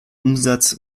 umsatz